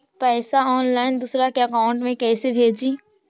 पैसा ऑनलाइन दूसरा के अकाउंट में कैसे भेजी?